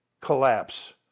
collapse